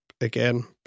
again